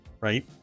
right